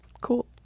Cool